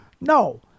no